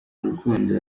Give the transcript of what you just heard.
rukundo